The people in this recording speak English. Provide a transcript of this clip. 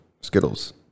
Skittles